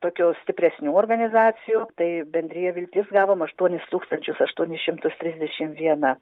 tokių jau stipresnių organizacijų tai bendrija viltis gavom aštuonis tūkstančius aštuonis šimtus trisdešimt vieną